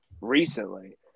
recently